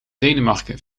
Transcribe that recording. denemarken